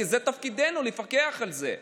כי זה תפקידנו לפקח על זה.